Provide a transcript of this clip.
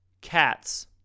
Cats